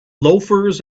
loafers